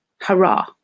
Hurrah